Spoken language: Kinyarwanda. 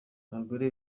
abagore